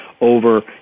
over